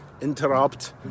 interrupt